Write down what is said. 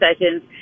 sessions